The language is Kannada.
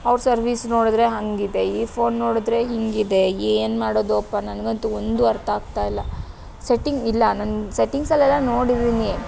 ಅವರ ಸರ್ವೀಸ್ ನೋಡಿದರೆ ಹಾಗಿದೆ ಈ ಫೋನ್ ನೋಡಿದರೆ ಹೀಗಿದೆ ಏನು ಮಾಡೋದೊಪ್ಪ ನನಗಂತೂ ಒಂದೂ ಅರ್ಥ ಆಗ್ತಾ ಇಲ್ಲ ಸೆಟ್ಟಿಂಗ್ ಇಲ್ಲ ನನ್ನ ಸೆಟ್ಟಿಂಗ್ಸಲೆಲ್ಲ ನೋಡಿದ್ದೀನಿ